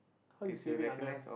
how you save it under